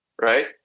right